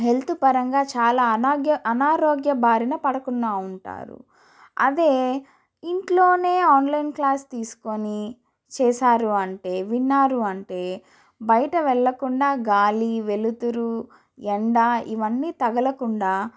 health పరంగా చాలా అనాగ్య అనారోగ్య బారిన పడకుండా ఉంటారు అదే ఇంట్లోనే ఆన్లైన్ క్లాస్ తీసుకొని చేసారు అంటే విన్నారు అంటే బయటికి వెళ్ళకుండా గాలి వెలుతురు ఎండా ఇవన్నీ తగలకుండా